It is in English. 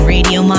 Radio